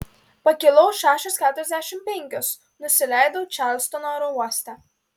pakilau šešios keturiasdešimt penkios nusileidau čarlstono oro uoste